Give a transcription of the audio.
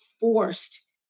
forced